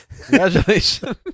congratulations